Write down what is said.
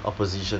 opposition